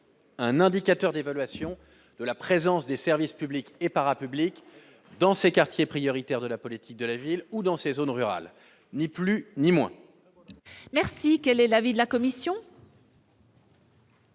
un indicateur d'évaluation de la présence des services publics et parapublics dans ces quartiers prioritaires de la politique de la ville ou dans ces zones rurales, ni plus ni moins.